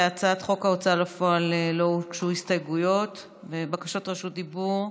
להצעת חוק ההוצאה לפועל לא הוגשו הסתייגויות ובקשות רשות דיבור.